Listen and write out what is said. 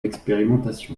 l’expérimentation